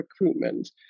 recruitment